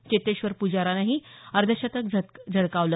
चेतेश्वर पुजारानंही अर्धशतक झळकवलं